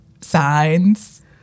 signs